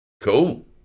Cool